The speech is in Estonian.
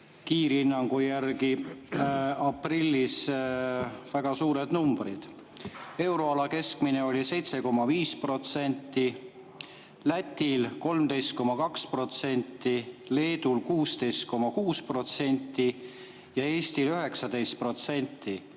kiirhinnangu järgi aprillis väga suurel määral. Euroala keskmine oli 7,5%, Lätil 13,2%, Leedul 16,6% ja Eestil 19%.